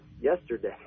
yesterday